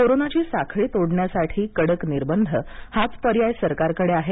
कोरोनाची साखळी तोडण्यासाठी कडक निर्बंध हाच पर्याय सरकारकडे आहे